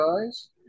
guys